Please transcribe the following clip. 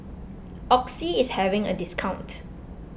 Oxy is having a discount